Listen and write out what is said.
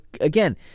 again